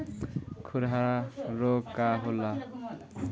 खुरहा रोग का होला?